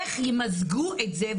איך ימזגו את זה?